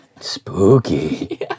Spooky